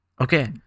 Okay